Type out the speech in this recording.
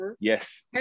yes